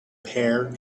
pear